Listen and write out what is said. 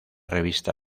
revista